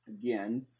again